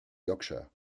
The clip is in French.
yorkshire